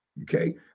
Okay